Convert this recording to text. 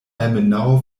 almenaŭ